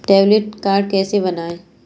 Debit card कैसे बनता है?